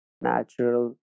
natural